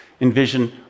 envision